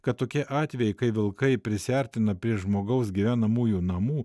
kad tokie atvejai kai vilkai prisiartina prie žmogaus gyvenamųjų namų